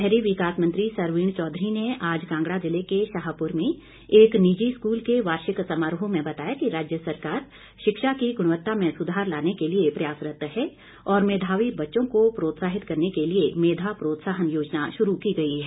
शहरी विकास मंत्री सरवीण चौधरी ने आज कांगड़ा जिले के शाहपुर में एक निजी स्कूल के वार्षिक समारोह में बताया कि राज्य सरकार शिक्षा की गुणवता में सुधार लाने के लिए प्रयासरत हैं और मेधावी बच्चों को प्रोत्साहित करने के लिए मेधा प्रोत्साहन योजना शुरू की गई है